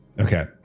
Okay